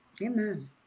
amen